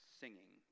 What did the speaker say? singing